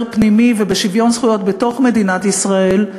פנימי ובשוויון זכויות בתוך מדינת ישראל,